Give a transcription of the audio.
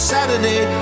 Saturday